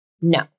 No